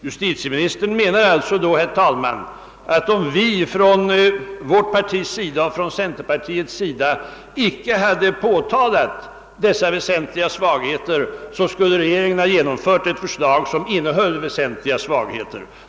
Herr talman! Justitieministern menar alltså, att om man från folkpartiets och centerpartiets sida icke hade påtalat dessa väsentliga svagheter i propositionen, skulle regeringen ha genomfört ett förslag som innehöll väsentliga svagheter.